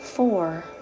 Four